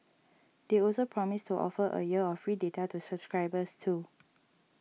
they also promised to offer a year of free data to subscribers too